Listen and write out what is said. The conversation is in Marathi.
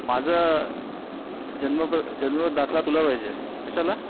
माझं जन्मप जन्म दाखला तुला पाहिजे कशाला